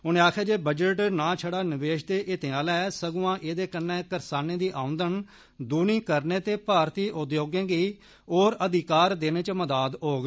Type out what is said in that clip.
उनें आक्खेआ जे बजट न छड़ा निवेश दे हितै आला ऐ सगुआं एह्दे कन्नै करसानें दी ओंदन दुनी करने ते भारती उद्योगें गी होर अधिकार देने च मदाद होग